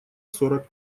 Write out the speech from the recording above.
сорок